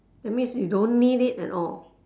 that means you don't need it at all